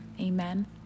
amen